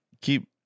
keep